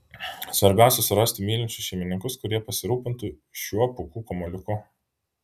svarbiausia surasti mylinčius šeimininkus kurie pasirūpintų šiuo pūkų kamuoliuku